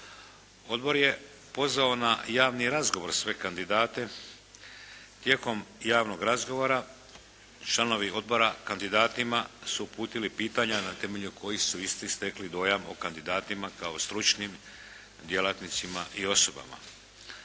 Odbor je pozvao na javni razgovor sve kandidate. Tijekom javnog razgovora, članovi odbora kandidatima su uputili pitanja na temelju kojih su isti stekli dojam o kandidatima kao stručnim djelatnicima i osobama.